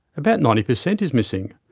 about ninety percent is missing,